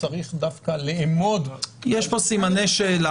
צריך דווקא לאמוד את --- יש פה סימני שאלה.